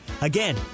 Again